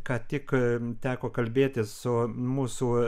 ką tik teko kalbėtis su mūsų